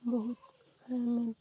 ବହୁତ ଆମ